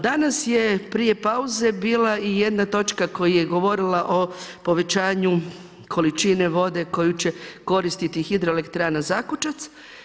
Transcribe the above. Danas je prije pauze bila i jedna točka koja je govorila o povećanju količine vode koju će koristiti hidroelektrana Zakučac.